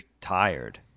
tired